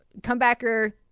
comebacker